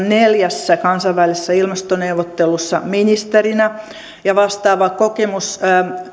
neljässä kansainvälisessä ilmastoneuvottelussa ministerinä ja vastaava kokemus